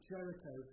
Jericho